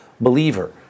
believer